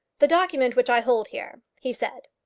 the document which i hold here, he said,